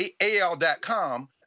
AL.com